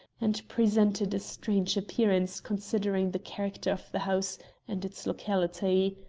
and presented a strange appearance considering the character of the house and its locality.